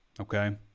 okay